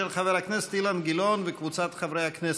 של חבר הכנסת אילן גילאון וקבוצת חברי הכנסת.